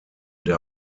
der